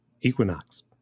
Equinox